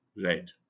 Right